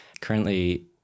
currently